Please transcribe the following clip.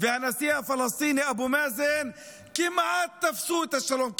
והנשיא הפלסטיני אבו מאזן כמעט תפסו את השלום,